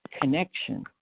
connection